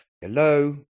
Hello